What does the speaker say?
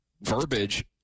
verbiage